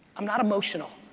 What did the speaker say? i'm not emotional.